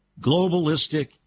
globalistic